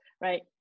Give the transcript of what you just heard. right